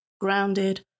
grounded